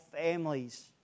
families